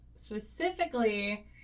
specifically